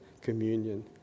communion